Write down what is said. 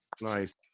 Nice